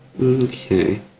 Okay